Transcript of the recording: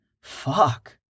Fuck